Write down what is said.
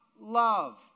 love